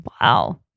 Wow